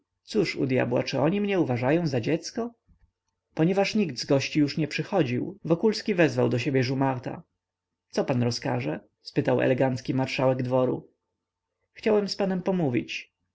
cóż u dyabła czy oni mnie uważają za dziecko ponieważ nikt z gości już nie przychodził wokulski wezwał do siebie jumarta co pan rozkaże spytał elegancki marszałek dworu chciałem z panem pomówić